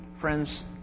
Friends